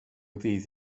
ddydd